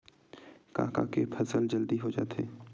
का का के फसल जल्दी हो जाथे?